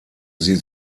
sie